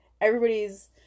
everybody's